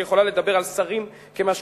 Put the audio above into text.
שיכולה לדבר על שרים כמשקיפים.